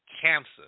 cancer